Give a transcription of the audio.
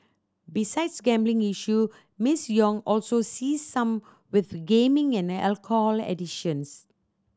besides gambling issues Miss Yong also sees some with gaming and alcohol addictions